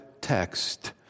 text